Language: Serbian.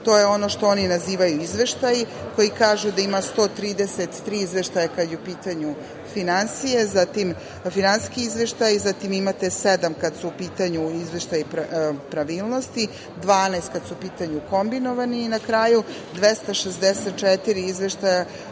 To je ono što oni nazivaju izveštaji, koji kažu da ima 133 izveštaja kada su u pitanju finansije, zatim, finansijski izveštaji, zatim, imate sedam kad su u pitanju izveštaji pravilnosti, 12 kad su u pitanju kombinovani i na kraju, 264 izveštaja za post